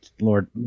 Lord